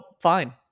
fine